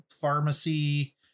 pharmacy